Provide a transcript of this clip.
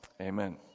Amen